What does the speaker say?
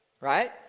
Right